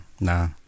nah